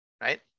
Right